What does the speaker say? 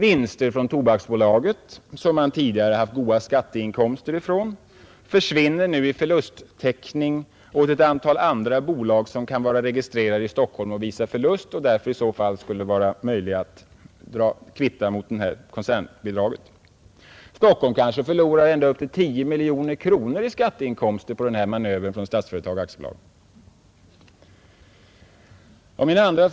Vinster från Tobaksbolaget, som man tidigare har haft goda skatteinkomster från, försvinner nu i förlusttäckning åt ett antal andra bolag, som kan vara registrerade i Stockholm och som kanske visar förlust, som man alltså skulle kunna kvitta mot koncernbidragen. Stockholm kanske därigenom förlorar upp emot 10 miljoner kronor i skatteinkomster bara på denna manöver från Statsföretag AB.